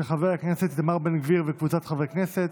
של חבר הכנסת איתמר בן גביר וקבוצת חברי הכנסת,